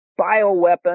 bioweapon